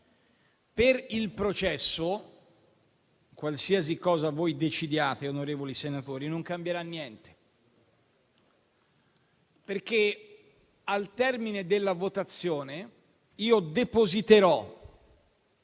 Per il processo, qualsiasi cosa voi decidiate, onorevoli senatori, non cambierà niente, perché, al termine della votazione, io depositerò